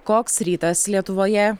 koks rytas lietuvoje